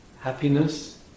happiness